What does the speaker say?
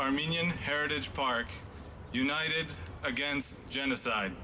armenian heritage park united against genocide